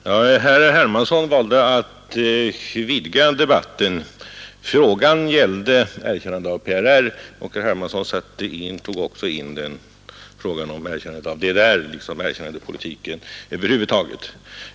Herr talman! Herr Hermansson valde att vidga debatten. Frågan gällde erkännande av PRR, men herr Hermansson tog också in frågan om erkännande av DDR liksom erkännandepolitiken över huvud taget.